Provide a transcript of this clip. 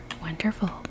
Wonderful